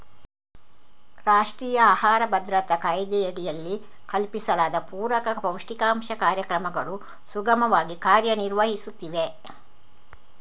ರಾಷ್ಟ್ರೀಯ ಆಹಾರ ಭದ್ರತಾ ಕಾಯ್ದೆಯಡಿಯಲ್ಲಿ ಕಲ್ಪಿಸಲಾದ ಪೂರಕ ಪೌಷ್ಟಿಕಾಂಶ ಕಾರ್ಯಕ್ರಮಗಳು ಸುಗಮವಾಗಿ ಕಾರ್ಯ ನಿರ್ವಹಿಸುತ್ತಿವೆ